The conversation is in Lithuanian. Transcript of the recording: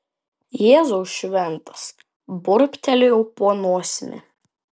jėzau šventas burbtelėjau po nosimi